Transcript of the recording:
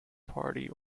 party